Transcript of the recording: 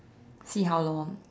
see how lor